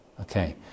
Okay